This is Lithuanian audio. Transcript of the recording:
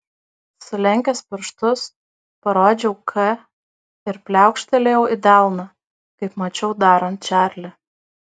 sulenkęs pirštus parodžiau k ir pliaukštelėjau į delną kaip mačiau darant čarlį